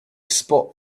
spot